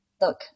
look